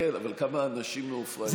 כן, אבל כמה אנשים מעופרה היו בגלי צה"ל?